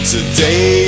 Today